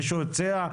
מישהו הציע?